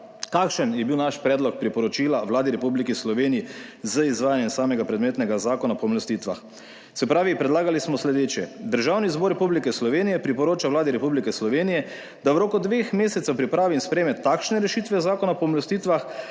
kakšen je bil naš predlog priporočila Vladi Republike Slovenije z izvajanjem samega predmetnega Zakona o pomilostitvah. Se pravi, predlagali smo sledeče. Državni zbor Republike Slovenije priporoča Vladi Republike Slovenije, da v roku dveh mesecev pripravi in sprejme takšne rešitve Zakona o pomilostitvah,